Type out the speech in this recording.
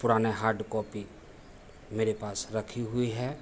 पुरानी हार्डकॉपी मेरे पास रखी हुई है